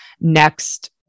next